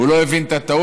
הוא לא הבין את הטעות.